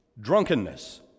drunkenness